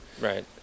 Right